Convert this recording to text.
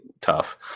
tough